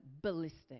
ballistic